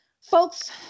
folks